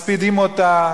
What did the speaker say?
מספידים אותה.